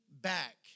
back